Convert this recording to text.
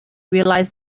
realised